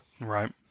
right